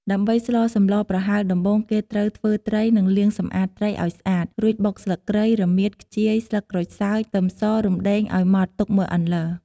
ដើម្បីស្លសម្លប្រហើរដំបូងគេត្រូវ ធ្វើត្រីនិងលាងសម្អាតត្រីឱ្យស្អាត រួចបុក ស្លឺកគ្រៃ រមៀត ខ្ជាយ ស្លឹកក្រូចសើច ខ្ទឹមស រំដេងឱ្យម៉ដ្ឋទុកមួយអន្លើ។